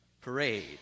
parade